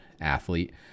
athlete